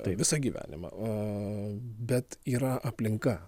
tai visą gyvenimą o bet yra aplinka